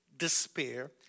despair